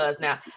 now